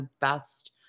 best